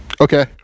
okay